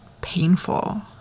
painful